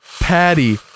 patty